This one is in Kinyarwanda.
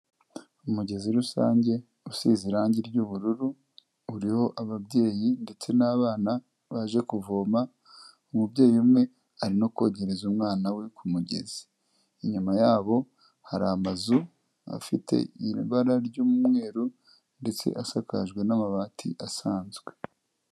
Umugezi rusange usize irangi ry'ubururu, uriho ababyeyi ndetse n'abana baje kuvoma, umubyeyi umwe ari no kogereza umwana we ku mugezi, inyuma yabo hari amazu afite ibara ry'umweru ndetse asakajwe n'amabati asanzwe.